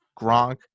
Gronk